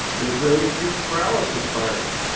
israeli acute paralysis virus.